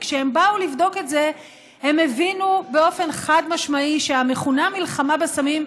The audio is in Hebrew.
כשהם באו לבדוק את זה הם הבינו באופן חד-משמעי שהמכונה "מלחמה בסמים"